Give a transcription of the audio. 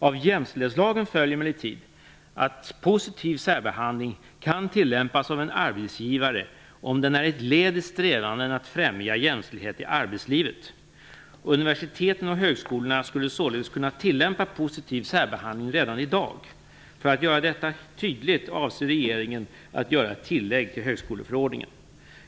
Av jämställdhetslagen följer emellertid att positiv särbehandling kan tillämpas av en arbetsgivare, om den är ett led i strävanden att främja jämställdhet i arbetslivet. Universiteten och högskolorna skulle således kunna tillämpa positiv särbehandling redan i dag. För att göra detta tydligt avser regeringen att göra ett tillägg till högskoleförordningen.